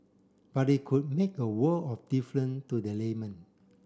but it could make a world of different to the layman